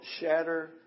Shatter